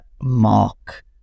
Mark